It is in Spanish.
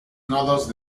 nodos